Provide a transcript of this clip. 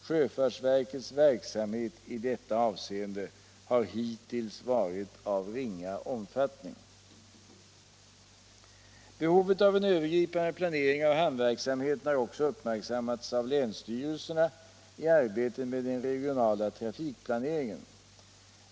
Sjöfartsverkets verksamhet i detta — Nr 61 avseende har hittills varit av ringa omfättbing, Tisdagen den Behovet av en övergripande planering av hamnverksamheten har också 1 februari 1977 uppmärksammats av länsstyrelserna i arbetet med den regionala trafik= I planeringen.